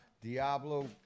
Diablo